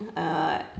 uh